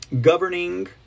governing